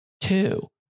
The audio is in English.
Two